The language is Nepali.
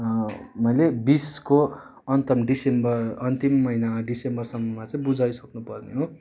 मैले बिसको अन्तमा डिसेम्बर अन्तिम महिना डिसेम्बरसम्ममा चाहिँ बुझाइसक्नु पर्ने हो